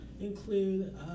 include